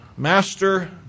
Master